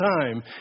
time